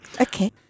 Okay